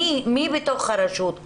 מי בתוך הרשות?